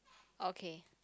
okay